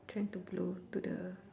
trying to blow to the